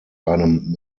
einem